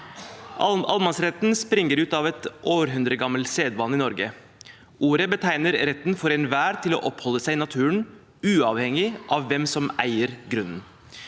Allemannsretten springer ut av århundregammel sedvane i Norge. Ordet betegner retten for enhver til å oppholde seg i naturen uavhengig av hvem som eier grunnen.